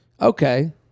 Okay